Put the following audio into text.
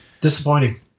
Disappointing